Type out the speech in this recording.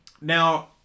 Now